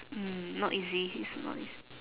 mm not easy it's not easy